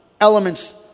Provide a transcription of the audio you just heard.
elements